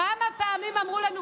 כמה פעמים אמרו לנו,